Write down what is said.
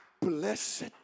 Blessed